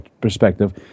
perspective